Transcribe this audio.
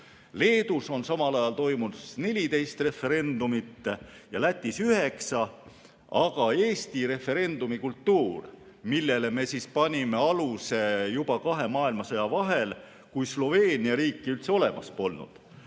Leedus on samal ajal toimunud 14 referendumit ja Lätis üheksa. Aga Eesti referendumikultuur, millele me panime aluse juba kahe maailmasõja vahel, kui Sloveenia riiki üldse olemaski polnud,